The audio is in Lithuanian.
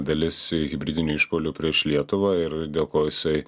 dalis hibridinių išpuolių prieš lietuvą ir dėl ko jisai